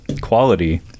quality